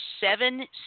seven